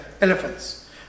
elephants